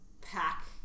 pack